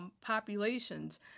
populations